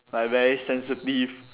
like very sensitive